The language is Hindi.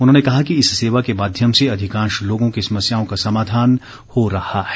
उन्होंने कहा कि इस सेवा के माध्यम से अधिकांश लोगों की समस्याओं का समाधान हो रहा है